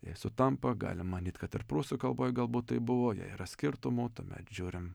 jei sutampa galim manyt kad ir prūsų kalboj galbūt taip buvo jei yra skirtumų tuomet žiūrim